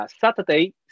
Saturday